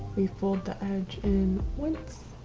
we fold the edge in once,